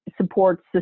supports